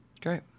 Great